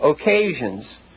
occasions